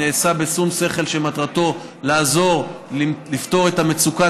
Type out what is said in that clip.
שנעשה בשום שכל ומטרתו לעזור לפתור את מצוקת